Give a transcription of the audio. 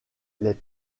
les